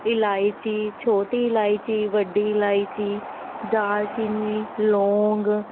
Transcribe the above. ਇਲਾਇਚੀ ਛੋਟੀ ਇਲਾਇਚੀ ਵੱਡੀ ਇਲਾਇਚੀ ਦਾਲਚੀਨੀ ਲੌਂਗ